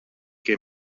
què